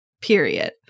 period